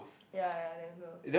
ya ya damn cool